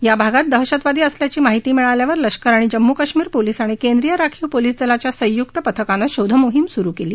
या भागात दहशतवादी असल्याची माहिती मिळाल्यावर लष्कर जम्मू कश्मीर पोलीस आणि केंद्रीय राखीव पोलीस दलाच्या संयुक्त पथकानं शोधमोहीम सुरु केली